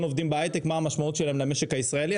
עובדים בהיי-טק מה המשמעות שלהם למשק הישראלי.